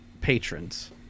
patrons